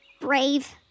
Brave